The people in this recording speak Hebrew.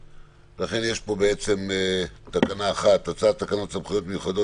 ולכן יש פה תקנה אחת: הצעת תקנות סמכויות מיוחדות